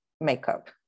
makeup